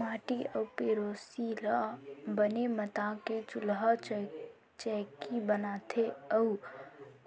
माटी अउ पेरोसी ल बने मता के चूल्हा चैकी बनाथे अउ